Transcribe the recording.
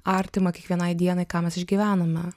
artima kiekvienai dienai ką mes išgyvename